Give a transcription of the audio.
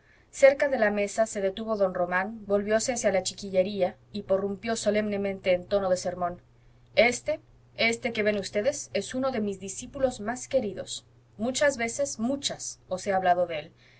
cerca de la mesa se detuvo don román volvióse hacia la chiquillería y prorrumpió solemnemente en tono de sermón este éste que ven ustedes es uno de mis discípulos más queridos muchas veces muchas os he hablado de él